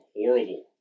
horrible